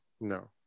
no